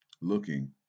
looking